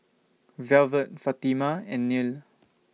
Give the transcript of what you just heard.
Velvet Fatima and Neal